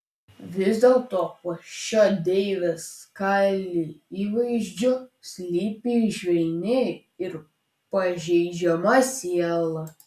vis dėlto po šiuo deivės kali įvaizdžiu slypi švelni ir pažeidžiama siela